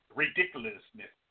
ridiculousness